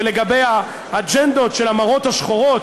ולגבי האג'נדות של המראות השחורות